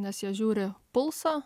nes jie žiūri pulsą